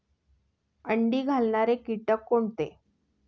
अंडी घालणारे किटक कोणते?